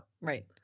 Right